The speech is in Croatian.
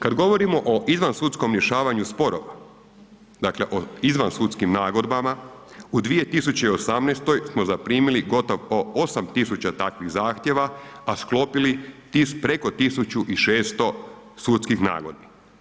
Kad govorimo o izvansudskom rješavanju sporova, dakle o izvansudskim nagodbama u 2018. smo zaprimili gotovo 8.000 takvih zahtjeva, a sklopili preko 1.600 sudskih nagodbi.